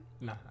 No